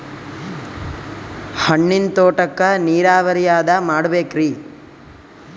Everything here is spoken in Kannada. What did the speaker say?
ಹಣ್ಣಿನ್ ತೋಟಕ್ಕ ನೀರಾವರಿ ಯಾದ ಮಾಡಬೇಕ್ರಿ?